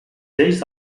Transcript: lleis